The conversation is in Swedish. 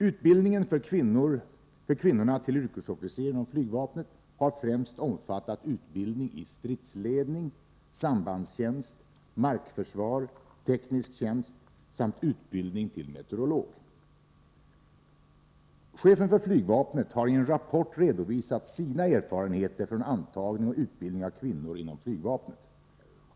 Utbildningen för kvinnorna till yrkesofficer inom flygvapnet har främst omfattat utbildning i stridsledning, sambandstjänst, markförsvar, teknisk tjänst samt utbildning till meteorolog. Chefen för flygvapnet har i en rapport redovisat sina erfarenheter från antagning och utbildning av kvinnor inom flygvapnet.